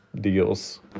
deals